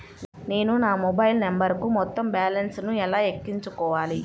నేను నా మొబైల్ నంబరుకు మొత్తం బాలన్స్ ను ఎలా ఎక్కించుకోవాలి?